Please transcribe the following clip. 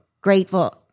grateful